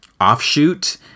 offshoot